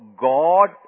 God